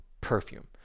perfume